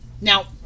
Now